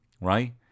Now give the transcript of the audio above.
right